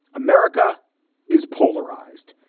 america is polarized.